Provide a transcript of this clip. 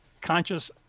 conscious